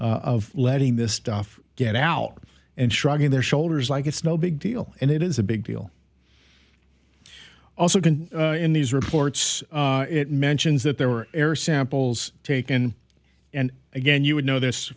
of letting this stuff get out and shrugging their shoulders like it's no big deal and it is a big deal also in these reports it mentions that there were air samples taken and again you would kno